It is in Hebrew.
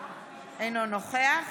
אינו נוכח